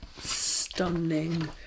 stunning